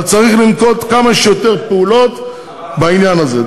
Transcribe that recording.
אבל צריך לנקוט כמה שיותר פעולות בעניין הזה.